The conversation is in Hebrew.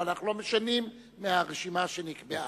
אבל אנחנו לא משנים את הרשימה שנקבעה.